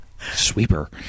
Sweeper